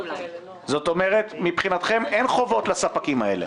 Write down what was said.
זאת אומרת שמבחינתכם אין חובות לספקים האלה.